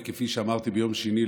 וכפי שאמרתי ביום שני,